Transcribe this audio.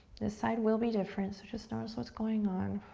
this side will be different so just notice what's going on.